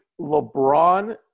LeBron